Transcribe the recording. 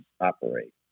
operate